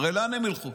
הרי לאן הם ילכו?